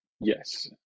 Yes